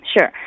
sure